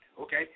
Okay